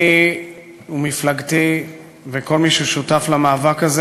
ואני ומפלגתי וכל מי ששותף למאבק הזה